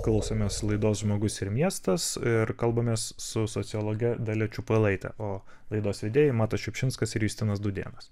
klausomės laidos žmogus ir miestas ir kalbamės su sociologe dalia čiupailaite o laidos vedėjai matas šiupšinskas ir justinas dūdėnas